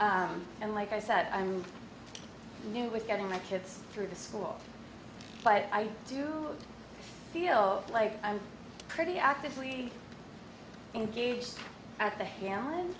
t and like i said i'm new with getting my kids through the school but i do feel like i'm pretty actively engaged at the h